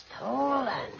Stolen